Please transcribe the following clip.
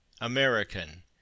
American